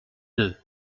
deux